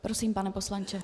Prosím, pane poslanče.